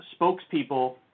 spokespeople